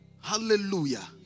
Hallelujah